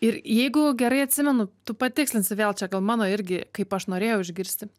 ir jeigu gerai atsimenu tu patikslinsi vėl čia gal mano irgi kaip aš norėjau išgirsti